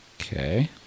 Okay